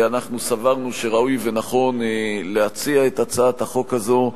אנחנו סברנו שראוי ונכון להציע את הצעת החוק הזו,